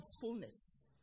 fullness